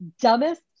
dumbest